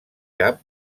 cap